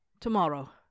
tomorrow